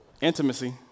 intimacy